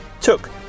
took